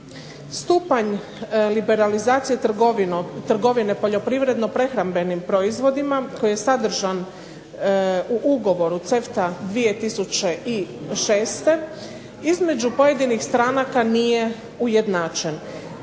Stupanj liberalizacije trgovine poljoprivredno-prehrambenim proizvodima koji je sadržan u Ugovoru CEFTA 2006., između pojedinih stranaka nije ujednačen.